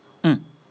mm